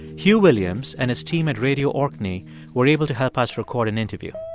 huw williams and his team at radio orkney were able to help us record an interview.